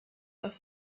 auf